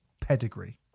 pedigree